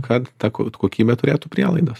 kad ta kod kokybė turėtų prielaidas